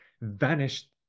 vanished